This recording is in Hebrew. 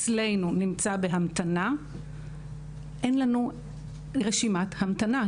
אין לנו רשימת המתנה,